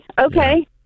okay